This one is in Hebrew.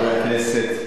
חברי הכנסת,